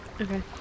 Okay